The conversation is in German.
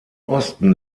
osten